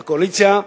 בקואליציה,